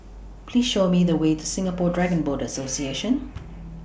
Please Show Me The Way to Singapore Dragon Boat Association